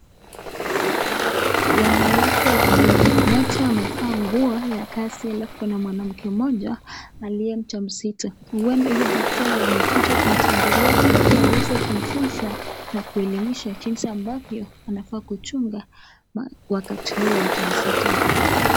Wanawake wawili. Mmoja amevaa nguo ya kazi alafu kuna mwanamke mmoja aliye mjamzito. Huenda huyo daktari amekuja kumtembelea ili aweze kumfunza na kuelimisha jinsi ambavyo anafaa kuchunga wakati huu wa ujauzito.